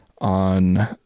on